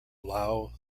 allow